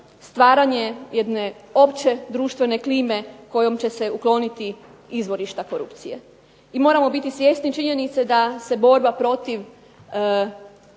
stvaranje jedne opće društvene klime kojom će se ukloniti izvorišta korupcije. I moramo biti svjesni činjenice da se borba protiv